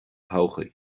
todhchaí